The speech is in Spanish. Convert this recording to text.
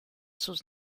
sus